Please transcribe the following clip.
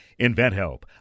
InventHelp